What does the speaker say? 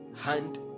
hand